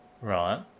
right